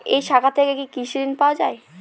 এই শাখা থেকে কি কৃষি ঋণ পাওয়া যায়?